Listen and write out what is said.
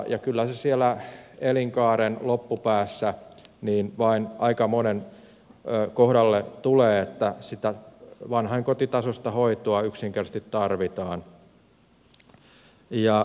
ja kyllä se siellä elinkaaren loppupäässä vain aika monen kohdalle tulee että sitä vanhainkotitasoista hoitoa yksinkertaisesti tarvitaan